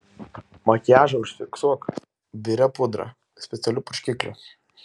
makiažą užfiksuok biria pudra specialiu purškikliu